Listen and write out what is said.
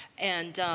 and